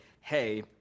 hey